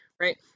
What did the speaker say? right